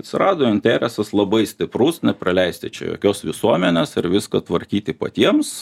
atsirado interesas labai stiprus nepraleisti čia jokios visuomenės ir viską tvarkyti patiems